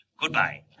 Goodbye